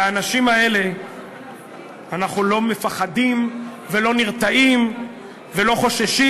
מהאנשים האלה אנחנו לא מפחדים ולא נרתעים ולא חוששים.